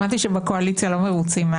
שמעתי שבקואליציה לא מרוצים.